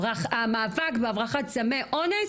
המאבק בהברחת סמי אונס,